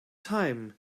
time